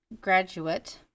graduate